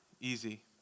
easy